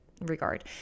regard